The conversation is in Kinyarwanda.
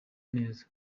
neza